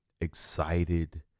excited